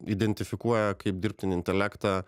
identifikuoja kaip dirbtinį intelektą